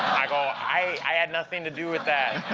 i go, i had nothing to do with that.